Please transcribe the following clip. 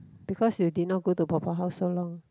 because you did not go to 婆婆 house so long